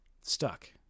stuck